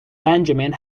benjamin